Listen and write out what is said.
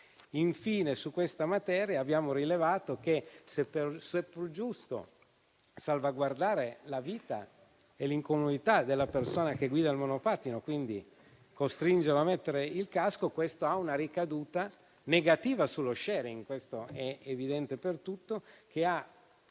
Infine, su questa materia abbiamo rilevato che, se è pur giusto salvaguardare la vita e l'incolumità della persona che guida il monopattino, quindi costringerla a mettere il casco, ciò ha una ricaduta negativa sullo *sharing* - questo è evidente per tutti - che ha